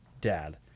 dad